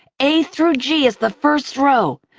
a through g is the first row!